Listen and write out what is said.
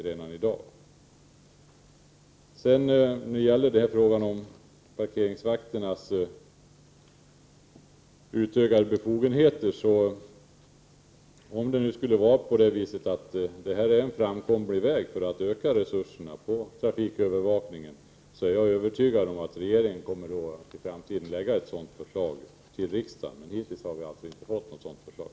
Om det skulle vara en framkomlig väg att utöka parkeringsvakternas befogenheter för att därmed öka resurserna för trafikövervakning, är jag övertygad om att regeringen i framtiden kommer att lägga fram ett sådant förslag för riksdagen. Men hittills har vi alltså inte fått något sådant förslag.